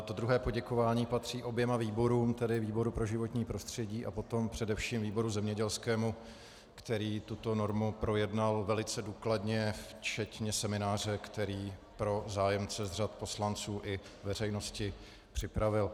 To druhé poděkování patří oběma výborům, tedy výboru pro životní prostředí a potom především výboru zemědělskému, který tuto normu projednal velice důkladně včetně semináře, který pro zájemce z řad poslanců i veřejnosti připravil.